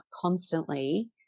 constantly